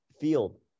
field